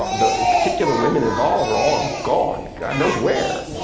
the particular women involved are all gone god knows where.